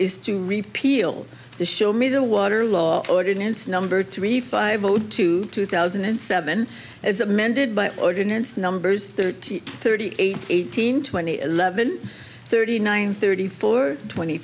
is to repeal the show me the water law ordinance number three five zero two two thousand and seven as amended by ordinance numbers thirty thirty eight eighteen twenty eleven thirty nine thirty four twenty